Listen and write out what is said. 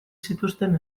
zituzten